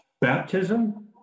Baptism